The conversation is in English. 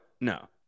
No